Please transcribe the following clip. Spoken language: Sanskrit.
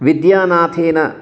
विद्यानाथेन